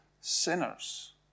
sinners